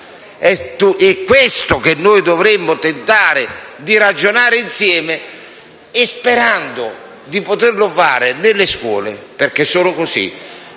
su questo che dovremmo tentare di ragionare insieme, sperando di poterlo fare nelle scuole, perché solo così